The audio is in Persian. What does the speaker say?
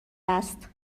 است